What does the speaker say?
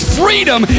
freedom